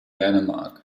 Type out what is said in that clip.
dänemark